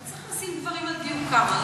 אבל צריך לשים דברים על דיוקם, מה לעשות.